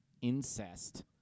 incest